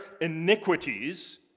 iniquities